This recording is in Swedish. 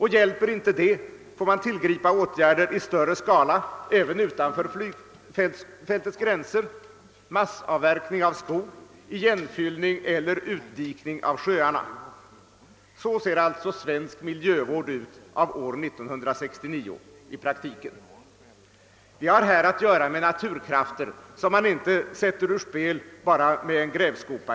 Hjälper inte detta får man tillgripa åtgärder i större skala även utanför flygfältets gränser såsom massavverkning av skog, igenfyllning eller utdikning av sjöarna. Så ser alltså svensk miljövård av år 1969 ut i praktiken. Vi har dock här att göra med naturkrafter som man inte sätter ur spel bara med en grävskopa.